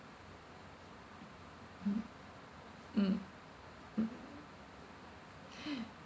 mm